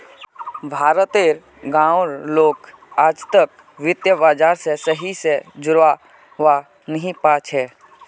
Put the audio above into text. भारत तेर गांव उर लोग आजतक वित्त बाजार से सही से जुड़ा वा नहीं पा छे